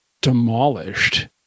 demolished